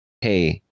hey